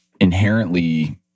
inherently